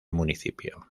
municipio